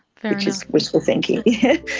which is wishful thinking, yeah.